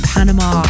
Panama